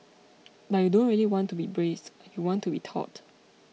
but you don't really want to be braced you want to be taut